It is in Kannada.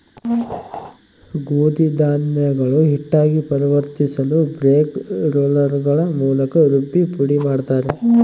ಗೋಧಿ ಧಾನ್ಯಗಳು ಹಿಟ್ಟಾಗಿ ಪರಿವರ್ತಿಸಲುಬ್ರೇಕ್ ರೋಲ್ಗಳ ಮೂಲಕ ರುಬ್ಬಿ ಪುಡಿಮಾಡುತ್ತಾರೆ